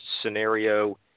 scenario